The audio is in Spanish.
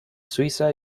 suiza